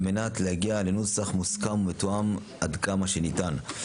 על מנת להגיד לנוסח מוסכם ומתואם עד כמה שניתן.